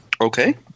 Okay